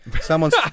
Someone's